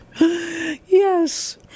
Yes